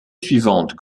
suivante